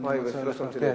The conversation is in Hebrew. לא שמתי לב.